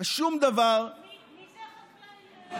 ושום דבר מי זה החקלאי?